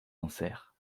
sincères